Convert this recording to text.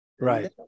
Right